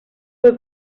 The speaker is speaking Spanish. fue